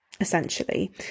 essentially